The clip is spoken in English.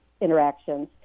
interactions